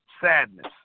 sadness